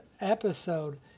episode